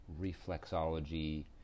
reflexology